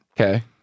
Okay